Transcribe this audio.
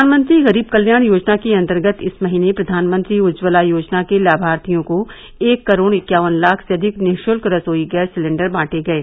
प्रधानमंत्री गरीब कल्याण योजना के अंतर्गत इस महीने प्रधानमंत्री उज्ज्वला योजना के लाभार्थियों को एक करोड़ इक्यावन लाख से अधिक निःश्ल्क रसोई गैस सिलेंडर बांटे गये